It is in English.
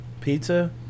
Pizza